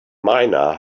miner